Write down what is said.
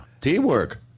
Teamwork